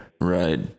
Right